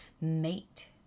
mate